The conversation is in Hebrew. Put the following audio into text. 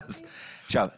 מה שלא,